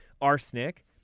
arsenic